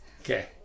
Okay